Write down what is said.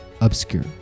obscure